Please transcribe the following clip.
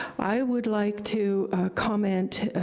i would like to comment,